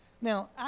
Now